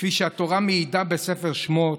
כפי שהתורה מעידה בספר שמות: